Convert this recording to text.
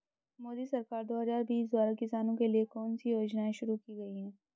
मोदी सरकार दो हज़ार बीस द्वारा किसानों के लिए कौन सी योजनाएं शुरू की गई हैं?